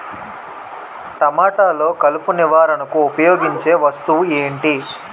టమాటాలో కలుపు నివారణకు ఉపయోగించే వస్తువు ఏంటి?